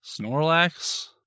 Snorlax